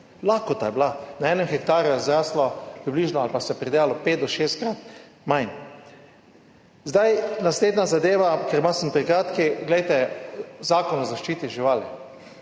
Lakota je bila. Na enem hektarju je zraslo približno ali pa se je pridelalo pet do šestkrat manj. Zdaj, naslednja zadeva, ker malo sem prekratki, glejte, Zakon o zaščiti živali.